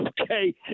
okay